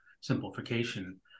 simplification